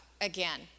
again